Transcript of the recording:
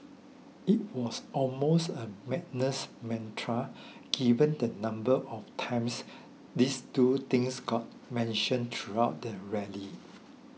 it was almost a madness mantra given the number of times these two things got mentioned throughout the rally